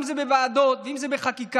אם זה בוועדות ואם זה בחקיקה.